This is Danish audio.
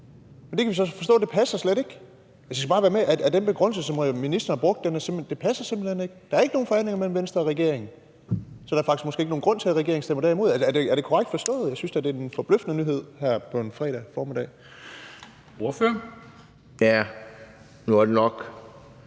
det. Det kan vi så forstå slet ikke passer. Jeg skal bare være med på, at den begrundelse, som ministeren brugte, slet ikke holder. Der er ikke nogen forhandlinger mellem Venstre og regeringen, så der er måske slet ikke nogen grund til, at regeringen stemmer imod. Er det korrekt forstået? Jeg synes da, det er en forbløffende nyhed her en fredag formiddag. Kl. 12:37 Formanden